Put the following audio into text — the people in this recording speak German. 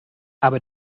aber